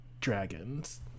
dragons